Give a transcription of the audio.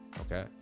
Okay